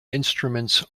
instruments